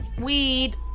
weed